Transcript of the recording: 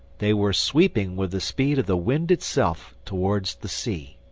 they were sweeping with the speed of the wind itself towards the sea.